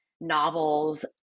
novels